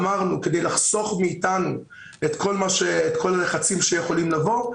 אמרנו שכדי לחסוך מאתנו את כל הלחצים שיכולים לבוא,